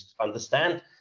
understand